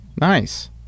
Nice